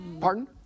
Pardon